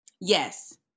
Yes